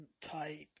type